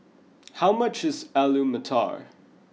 how much is Alu Matar